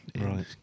Right